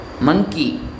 monkey